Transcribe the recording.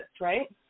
right